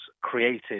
created